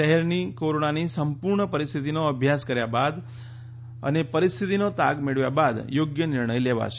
શહેરની કોરોનાની સંપૂર્ણ પરિસ્થિતિનો અભ્યાસ કર્યા બાદ અને પરિસ્થિતિનો તાગ મેળવ્યા બાદ યોગ્ય નિર્ણય લેવાશે